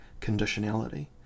conditionality